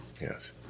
Yes